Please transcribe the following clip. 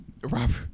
Robert